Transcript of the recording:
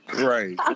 Right